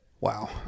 wow